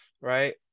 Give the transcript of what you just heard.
right